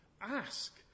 ask